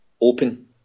open